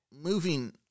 Moving